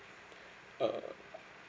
err